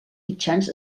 mitjans